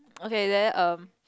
okay then um